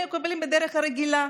הם היו מקבלים בדרך הרגילה,